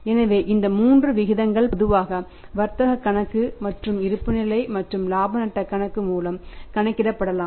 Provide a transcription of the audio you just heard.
எனவே இந்த மூன்று விகிதங்கள் பொதுவாக வர்த்தக கணக்கு மற்றும் இருப்புநிலை மற்றும் இலாப நட்டக் கணக்கு மூலம் கணக்கிடப்படலாம்